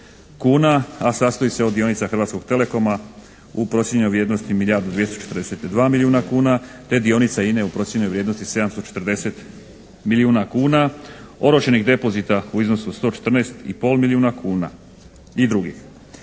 kuna, a sastoji se od dionica Hrvatskog telekoma u procijenjenoj vrijednosti od milijardu 242 milijuna kuna, te dionica INA-e u procijenjenoj vrijednosti 740 milijuna kuna, oročenih depozita u iznosu od 114 i pol milijuna kuna, i dr.